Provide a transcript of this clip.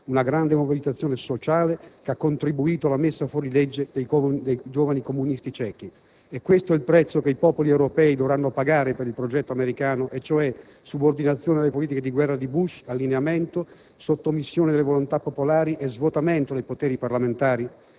Una grande mobilitazione sociale che ha contribuito alla messa fuorilegge dei giovani comunisti cechi. È questo il prezzo che i popoli europei dovranno pagare per il progetto americano? E cioè: subordinazione alle politiche di guerra di Bush, allineamento, sottomissione delle volontà popolari e svuotamento dei poteri parlamentari?